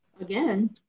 Again